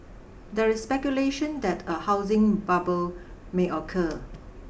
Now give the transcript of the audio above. there is speculation that a housing bubble may occur